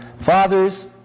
Fathers